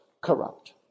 corrupt